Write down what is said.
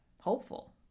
hopeful